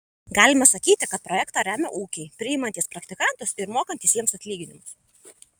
galima sakyti kad projektą remia ūkiai priimantys praktikantus ir mokantys jiems atlyginimus